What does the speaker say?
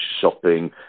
shopping